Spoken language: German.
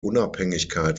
unabhängigkeit